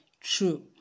true